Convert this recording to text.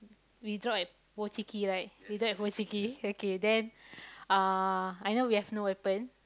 we drop at Pochinki right we drop at Pochinki okay then uh I know we have no weapon